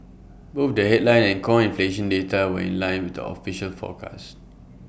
both the headline and core inflation data were in line with the official forecast